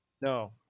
No